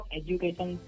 education